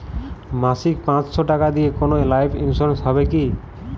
মাসিক পাঁচশো টাকা দিয়ে কোনো লাইফ ইন্সুরেন্স হবে কি?